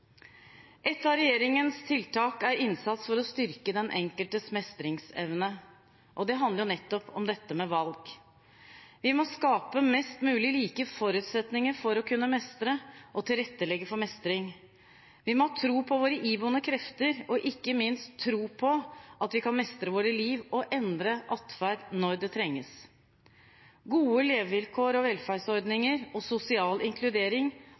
Et av regjeringens tiltak er innsats for å styrke den enkeltes mestringsevne, og det handler nettopp om dette med valg. Vi må skape mest mulig like forutsetninger for å kunne mestre og tilrettelegge for mestring. Vi må ha tro på våre iboende krefter – og ikke minst tro på at vi kan mestre våre liv og endre atferd når det trengs. Gode levevilkår og velferdsordninger og sosial inkludering